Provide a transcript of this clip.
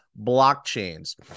blockchains